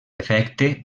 efecte